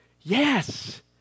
yes